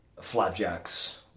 flapjacks